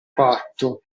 fatto